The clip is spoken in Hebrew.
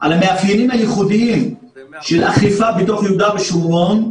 על המאפיינים הייחודיים של אכיפה בתוך יהודה ושומרון,